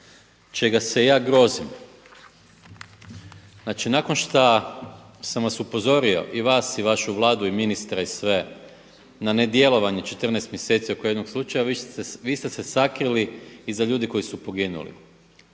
čega se ja grozim. Znači nakon šta sam vas upozorio i vas i vašu Vladu i ministre i sve na nedjelovanje 14 mjeseci oko jednog slučaja vi ste se sakrili iza ljudi koji su poginuli.